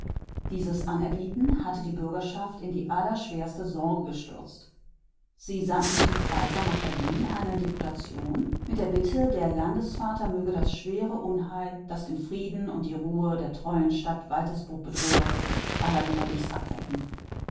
dieses anerbieten hatte die bürgerschaft in die allerschwerste sorge gestürzt sie sandten zum kaiser nach berlin eine deputation mit der bitte der landesvater möge das schwere unheil das den frieden und die ruhe der treuen stadt waltersburg bedrohe allergnädigst abwenden